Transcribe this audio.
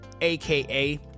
aka